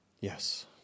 Yes